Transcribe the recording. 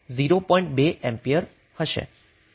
2 ampere છે